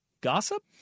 gossip